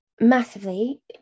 Massively